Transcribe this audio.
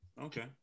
Okay